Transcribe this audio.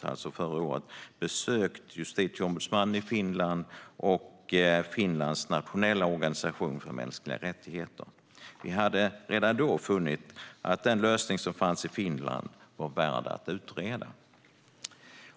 alltså förra året, besökt Justitieombudsmannen i Finland och Finlands nationella organisation för mänskliga rättigheter och redan då funnit att den lösning som fanns i Finland var värd att utreda.